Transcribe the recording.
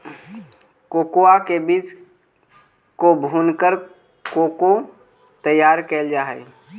cocoa के बीज को भूनकर कोको तैयार करल जा हई